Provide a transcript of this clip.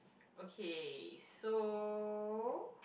okay so